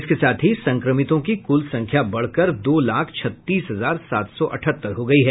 इसके साथ ही संक्रमितों की कुल संख्या बढ़कर दो लाख छत्तीस हजार सात सौ अठहत्तर हो गयी है